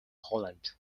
poland